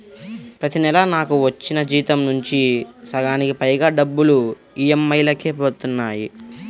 ప్రతి నెలా నాకు వచ్చిన జీతం నుంచి సగానికి పైగా డబ్బులు ఈఎంఐలకే పోతన్నాయి